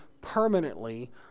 permanently